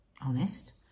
honest